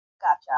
Gotcha